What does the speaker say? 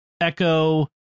Echo